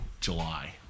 July